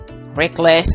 reckless